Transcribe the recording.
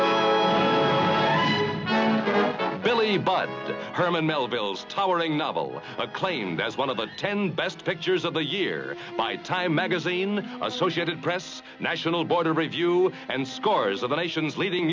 billy budd herman melville's towering novel acclaimed as one of the ten best pictures of the year by time magazine associated press national border review and scores of the nation's leading